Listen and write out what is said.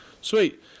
Sweet